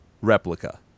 replica